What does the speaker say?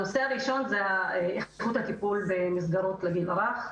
הנושא הראשון הוא איכות הטיפול במסגרות לגיל הרך.